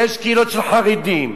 יש קהילות של חרדים,